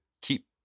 keep